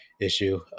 issue